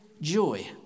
joy